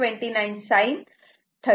29 sin 36